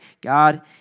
God